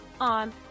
on